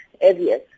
areas